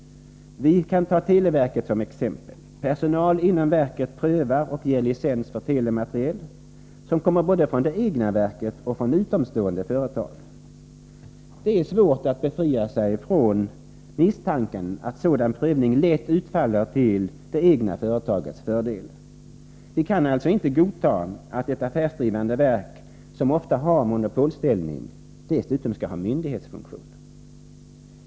Vi kan ta televerket som exempel. Personal inom verket prövar och ger licens för telemateriel, som kommer både från det egna verket och från utomstående företag. Det är svårt att befria sig från misstanken att sådan prövning lätt utfaller till det egna företagets fördel Vi kan alltså inte godta att ett affärsdrivande verk, som ofta har monopolställning, dessutom skall ha myndighetsfunktion.